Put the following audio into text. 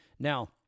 Now